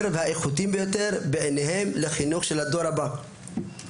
והאיכותיים ביותר בעיניהם לחינוך של הדור הבא.